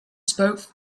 spoke